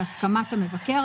בהסכמת המבקר,